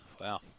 Wow